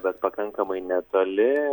bet pakankamai netoli